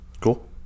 Cool